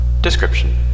Description